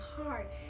heart